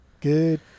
Good